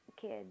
kids